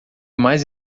mais